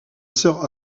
sœur